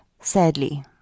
Sadly